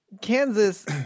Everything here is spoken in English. Kansas